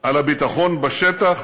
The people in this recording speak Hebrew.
לביטחון בשטח.